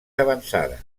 avançada